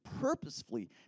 purposefully